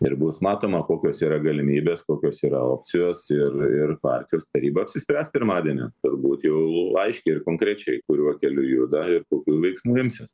ir bus matoma kokios yra galimybės kokios yra opcijos ir ir partijos taryba apsispręs pirmadienio turbūt jau aiškiai ir konkrečiai kuriuo keliu juda ir kokių veiksmų imsis